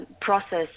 process